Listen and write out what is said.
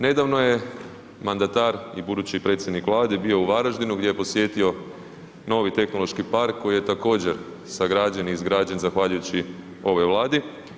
Nedavno je mandatar i budući predsjednik Vlade bio u Varaždinu gdje je posjetio novi tehnološki park koji je također, sagrađen i izgrađen zahvaljujući ovoj Vladi.